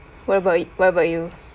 what about what about you